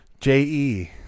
J-E